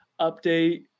update